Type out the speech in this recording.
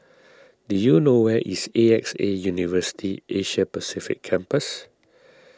do you know where is A X A University Asia Pacific Campus